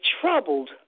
troubled